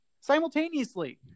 Simultaneously